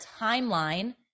timeline